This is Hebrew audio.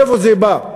מאיפה זה בא?